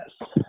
yes